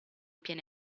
piena